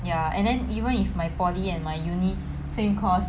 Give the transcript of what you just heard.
ya and then even if my poly and my uni same course